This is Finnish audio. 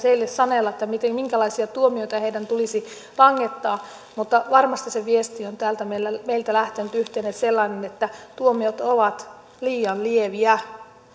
heille sanella minkälaisia tuomioita heidän tulisi langettaa mutta varmasti se viesti on täältä meiltä lähtenyt yhteinen sellainen että tuomiot ovat liian lieviä